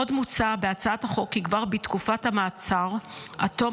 עוד מוצע בהצעת החוק כי כבר בתקופת המעצר עד תום